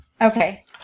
Okay